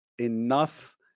enough